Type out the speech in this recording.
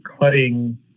cutting